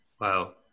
Wow